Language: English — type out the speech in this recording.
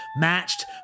matched